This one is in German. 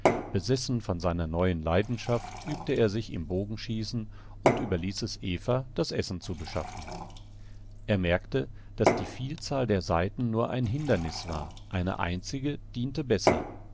besessen von seiner neuen leidenschaft übte er sich im bogenschießen und überließ es eva das essen zu beschaffen er merkte daß die vielzahl der saiten nur ein hindernis war eine einzige diente besser